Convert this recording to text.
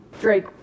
Drake